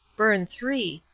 burn three,